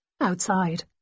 outside